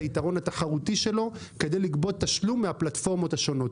היתרון התחרותי שלו כדי לגבות תשלום מהפלטפורמות השונות,